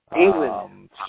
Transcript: England